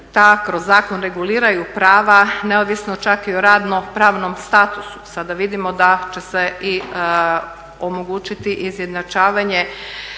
kroz zakon reguliraju prava neovisno čak i o radno-pravnom statusu. Sada vidimo da će se i omogućiti izjednačavanje